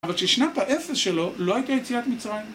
אבל ששנת האפס שלו לא הייתה יציאת מצרים.